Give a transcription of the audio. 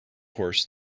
horse